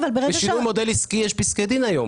בשילוב מודל עסקי יש היום פסקי דין.